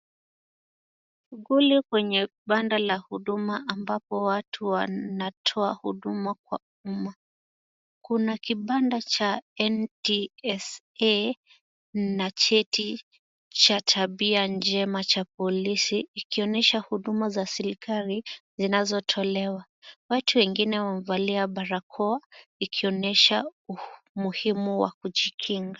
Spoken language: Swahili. Shughuli kwenye kibanda cha huduma ambapo watu wanatoa huduma kwa uma kuna kibanda cha NTSA na cheti cha tabia njema cha polisi ikionyesha huduma za serikali zinazotolewa watu wengine wamevalia barakoa ikionyesha umuhimu wa kujikinga.